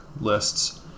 lists